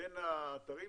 בין האתרים.